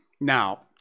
Now